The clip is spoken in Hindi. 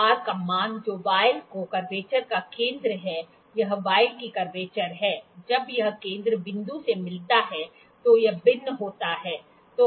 R का मान जो वॉयल की कर्वेचर का केंद्र है यह वॉयल की कर्वेचर है जब यह केंद्र बिंदु से मिलता है तो यह भिन्न होता है